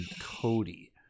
Cody